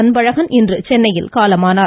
அன்பழகன் இன்று சென்னையில் காலமானார்